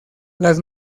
las